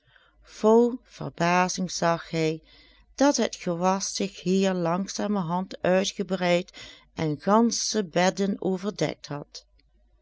vol verbazing zag hij dat het gewas zich hier langzamerhand uitgebreid j j a goeverneur oude sprookjes en gansche bedden overdekt had